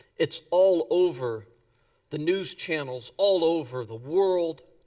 it's all over the news channels, all over the world,